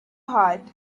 heart